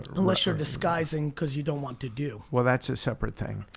unless you're disguising cause you don't want to do. well that's a separate thing.